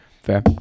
Fair